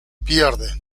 pierde